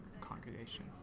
congregation